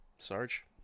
Sarge